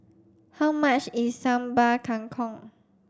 how much is Sambal Kangkong